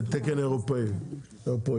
והתקן האירופי הופעל.